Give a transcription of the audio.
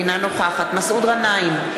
אינה נוכחת מסעוד גנאים,